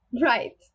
Right